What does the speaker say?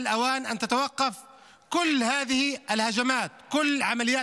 הגיע הזמן לעצור את כל התקיפות האלה.